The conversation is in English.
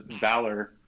Valor